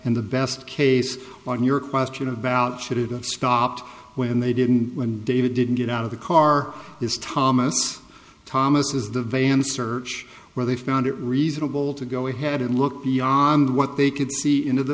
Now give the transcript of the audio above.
and the best case on your question about should it have stopped when they didn't when david didn't get out of the car is thomas thomas is the van search where they found it reasonable to go ahead and look beyond what they could see into the